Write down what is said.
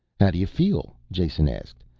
how do you feel, jason asked.